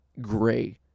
gray